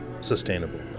sustainable